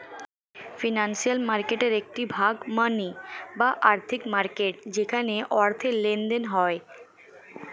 financial মার্কেটের একটি ভাগ মানি বা আর্থিক মার্কেট যেখানে অর্থের লেনদেন হয়